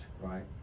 right